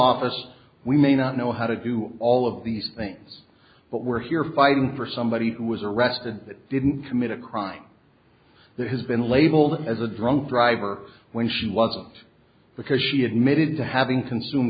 office we may not know how to do all of these things but we're here fighting for somebody who was arrested that didn't commit a crime that has been labeled as a drunk driver when she wasn't because she admitted to having consume